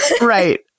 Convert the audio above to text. right